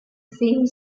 theme